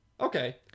Okay